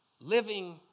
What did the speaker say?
living